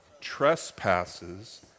trespasses